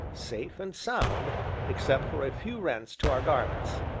safe and sound except for a few rents to our garments.